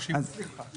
או שהיא מצליחה.